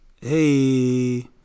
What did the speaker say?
Hey